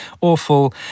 awful